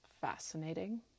fascinating